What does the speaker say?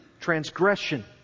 Transgression